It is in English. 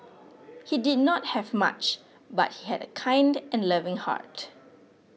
he did not have much but he had a kind and loving heart